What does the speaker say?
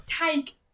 take